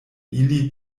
ili